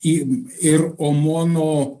į ir omono